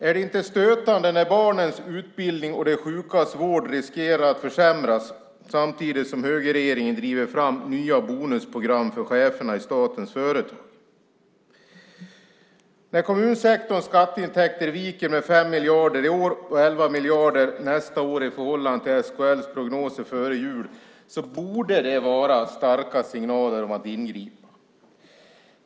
Är det inte stötande när barnens utbildning och de sjukas vård riskerar att försämras samtidigt som högerregeringen driver fram nya bonusprogram för cheferna i statens företag? Att kommunsektorns skatteintäkter viker med 5 miljarder i år och 11 miljarder nästa år i förhållande till SKL:s prognoser före jul borde vara en stark signal om att ingripa.